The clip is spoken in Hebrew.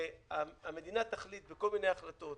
המדינה תחליט בכל מיני החלטות